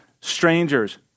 strangers